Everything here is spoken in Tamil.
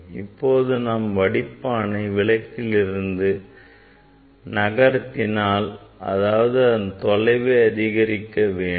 இப்போது நான் வடிப்பானை விளக்கிலிருந்து நகத்தினால் அதாவது அதன் தொலைவை அதிகரிக்க வேண்டும்